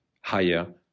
higher